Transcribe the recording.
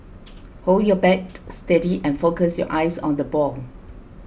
hold your bat steady and focus your eyes on the ball